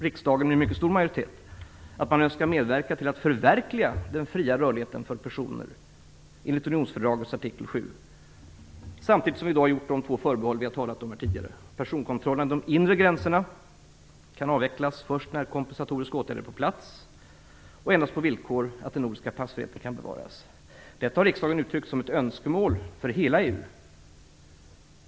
Riksdagen sade med en mycket stor majoritet att man önskar medverka till att förverkliga den fria rörligheten för personer enligt unionsfördragets artikel 7, samtidigt som vi gjorde de två förbehåll som jag nämnde tidigare, nämligen att personkontroller vid de inre gränserna kan avvecklas först när de kompensatoriska åtgärderna är på plats och endast på villkor att den nordiska passfriheten kan bevaras. Detta har riksdagen uttryckt som ett önskemål för hela EU.